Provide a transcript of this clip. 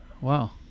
Wow